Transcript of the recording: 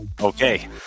okay